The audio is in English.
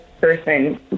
person